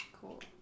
Cool